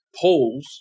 polls